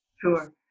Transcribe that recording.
Sure